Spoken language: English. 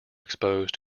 exposed